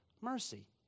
mercy